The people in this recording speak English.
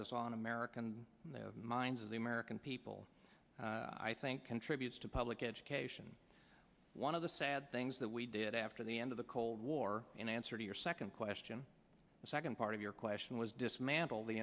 what is on american minds of the american people i think contributes to public education one of the sad things that we did after the end of the cold war in answer to your second question the second part of your question was dismantle the